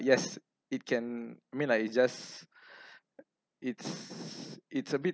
yes it can mean like it's just it's it's a bit